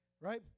Right